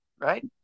right